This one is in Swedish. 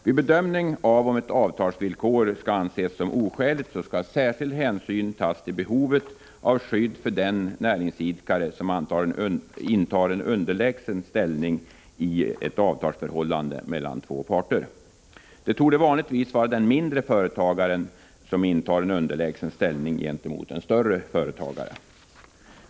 Vid bedömning av om ett avtalsvillkor skall anses som oskäligt skall särskild hänsyn tas till behovet av skydd för den näringsidkare som intar en underlägsen ställning i ett avtalsförhållande mellan två parter. Det torde vanligtvis vara den mindre företagaren som intar en underlägsen ställning gentemot en större företagare.